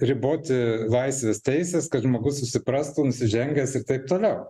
riboti laisves teises kad žmogus susiprastų nusižengęs ir taip toliau